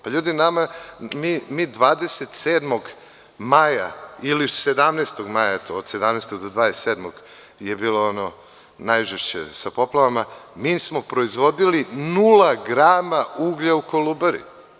Pa, ljudi, mi 27. maja ili 17. maja, od 17. maja do 27. maja je bilo ono najžešće sa poplavama, mi smo proizvodili nula grama uglja u Kolubari.